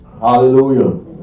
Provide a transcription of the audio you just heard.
Hallelujah